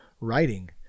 writing